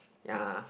ya